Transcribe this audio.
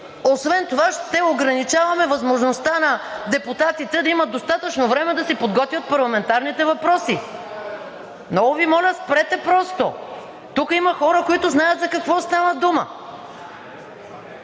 освен това ще ограничаваме възможността на депутатите да имат достатъчно време да си подготвят парламентарните въпроси. Много Ви моля, спрете просто! Тук има хора, които знаят за какво става дума.